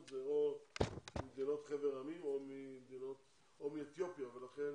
זה או ממדינות חבר העמים או מאתיופיה ולכן